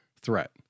threat